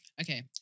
Okay